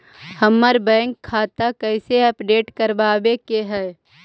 हमर बैंक खाता कैसे अपडेट करबाबे के है?